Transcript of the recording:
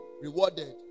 rewarded